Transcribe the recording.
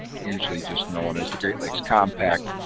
usually just known as the great lakes compact,